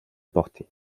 portée